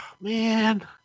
Man